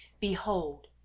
Behold